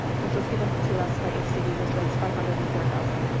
which was given to us by hcd, which was five hundred and four thousand.